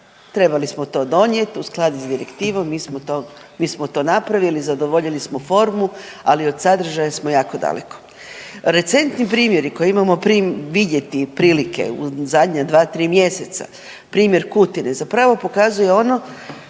Trebali smo to donijeti, uskladiti sa direktivom. Mi smo to napravili, zadovoljili smo formu, ali od sadržaja smo jako daleko. Recentni primjeri koje imamo vidjeti prilike u zadnja dva, tri mjeseca primjer Kutine zapravo pokazuje ono,